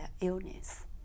illness